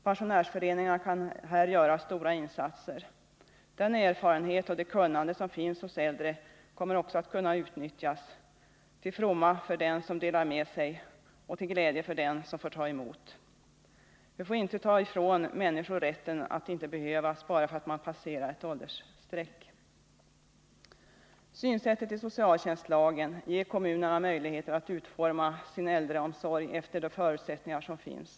Pensionärsföreningarna kan här göra stora insatser. Den erfarenhet och det kunnande som finns hos äldre kommer också att kunna utnyttjas, till fromma för den som delar med sig och till glädje för den som får ta emot. Vi får ej ta ifrån människor rätten att behövas bara för att man passerar ett åldersstreck. Synsättet i socialtjänstlagen ger kommunerna möjligheter att utforma sin äldreomsorg efter de förutsättningar som finns.